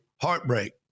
heartbreak